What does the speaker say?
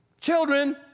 Children